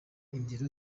ingero